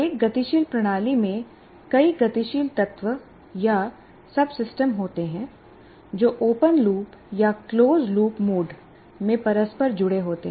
एक गतिशील प्रणाली में कई गतिशील तत्व या सबसिस्टम होते हैं जो ओपन लूप या close loop mode open loop or closed loop mode में परस्पर जुड़े होते हैं